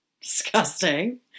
Disgusting